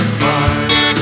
fire